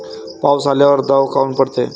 पाऊस आल्यावर दव काऊन पडते?